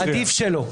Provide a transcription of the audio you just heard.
עדיף שלא.